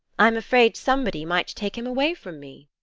i'm afraid somebody might take him away from me.